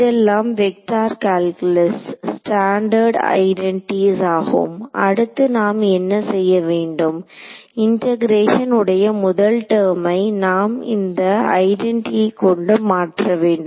இதெல்லாம் வெக்டர் கால்குலஸ்ல் standard identities ஆகும் அடுத்து நாம் என்ன செய்ய வேண்டும் இண்டெகரேஷன் உடைய முதல் டெர்மை நாம் இந்த ஐடென்டியை கொண்டு மாற்ற வேண்டும்